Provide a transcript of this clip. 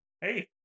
Hey